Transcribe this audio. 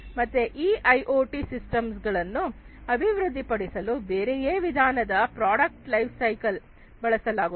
ಮತ್ತೆ ಈ IoT system ಗಳನ್ನು ಅಭಿವೃದ್ಧಿಪಡಿಸಲು ಬೇರೆಯೇ ವಿಧವಾದ ಪ್ರಾಡಕ್ಟ್ ಲೈಫ್ ಸೈಕಲ್ ಬಳಸಲಾಗುತ್ತದೆ